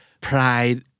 pride